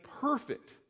perfect